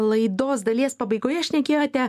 laidos dalies pabaigoje šnekėjote